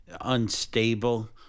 unstable